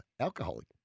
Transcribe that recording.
alcoholic